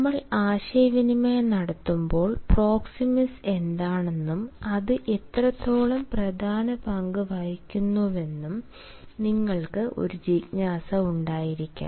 നമ്മൾ ആശയവിനിമയം നടത്തുമ്പോൾ പ്രോക്സിമിക്സ് എന്താണെന്നും അത് എത്രത്തോളം പ്രധാന പങ്കുവഹിക്കുന്നുവെന്നും നിങ്ങൾക്ക് ഒരു ജിജ്ഞാസ ഉണ്ടായിരിക്കാം